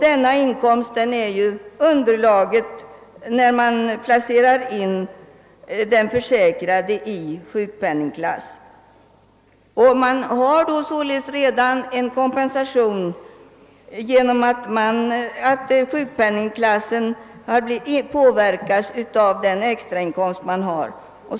Denna inkomst utgör underlaget när den försäkrade placeras i sjukpenningklass. Härvid utgår således redan en kompensation genom att sjukpenningklassen påverkas av den extrainkomst man har.